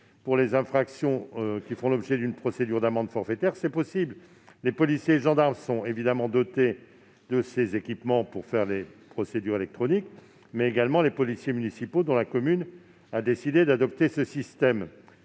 pour les infractions faisant l'objet d'une procédure d'amende forfaitaire, est déjà possible. Les policiers et gendarmes sont dotés des équipements pour faire les procédures électroniques, mais également les policiers municipaux dont la commune a décidé d'adopter ce système.